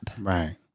Right